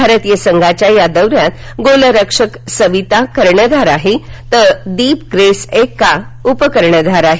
भारतीय संघाच्या या दौऱ्यात गोलरक्षक सविता कर्णधार आहे तर दीप ग्रेस एक्का उप कर्णधार आहे